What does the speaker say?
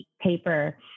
paper